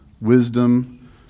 wisdom